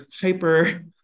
hyper